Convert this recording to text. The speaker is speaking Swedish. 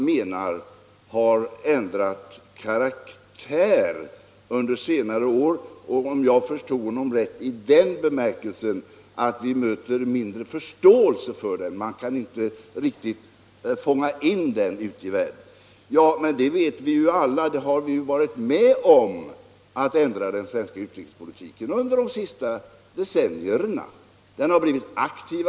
Herr Björck i Nässjö menar att vår utrikespolitik under senare år har ändrat karaktär i den bemärkelsen —- om jag förstår honom rätt — att vi möter mindre förståelse för den ute i världen, att man där inte kan fånga in den under neutraliteten. Ja, men alla som varit med om att ändra vår utrikespolitik under de senaste decennierna vet ju att den har blivit mer aktiv.